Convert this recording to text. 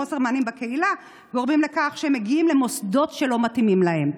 חוסר המענים בקהילה גורם לכך שהם מגיעים למוסדות שלא מתאימים להם.